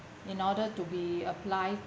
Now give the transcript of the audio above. in order to be applied